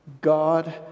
God